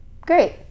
Great